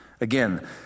Again